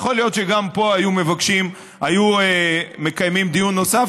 יכול להיות שגם פה היו מקיימים דיון נוסף,